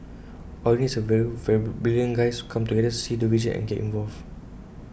all you need is A few brilliant guys come together see the vision and get involved